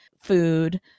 food